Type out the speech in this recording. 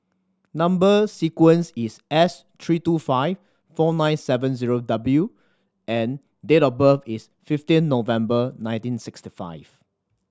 number sequence is S three two five four nine seven zero W and date of birth is fifteen November nineteen sixty five